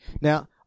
Now